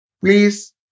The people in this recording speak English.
Please